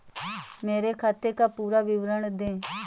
मेरे खाते का पुरा विवरण दे?